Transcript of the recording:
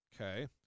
Okay